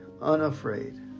unafraid